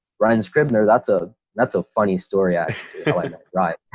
ryan scribner that's a that's a funny story. i mean like right